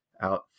out